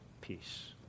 peace